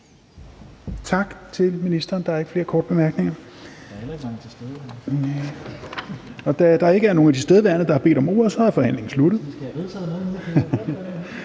Tak til ministeren. Der er ikke flere korte bemærkninger. Da der ikke er nogen af de tilstedeværende, der har bedt om ordet, er forhandlingen sluttet.